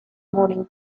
morning